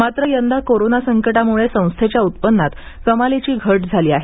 मात्र यंदा कोरोना संकटामुळे संस्थेच्या उत्पन्नात कमालीची घट झाली आहे